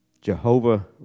Jehovah